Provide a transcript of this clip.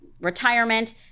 retirement